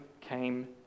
came